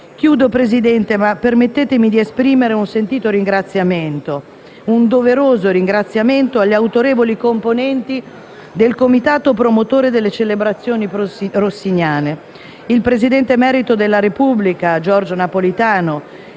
Infine, permettetemi di esprimere un sentito e doveroso ringraziamento agli autorevoli componenti del comitato promotore delle celebrazioni rossiniane: il presidente emerito della Repubblica Giorgio Napolitano;